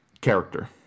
character